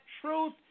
truth